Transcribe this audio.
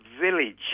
village